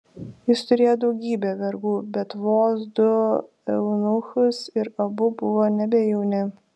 jis turėjo daugybę vergų bet vos du eunuchus ir abu buvo nebe jauni